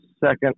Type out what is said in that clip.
second